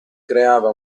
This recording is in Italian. creava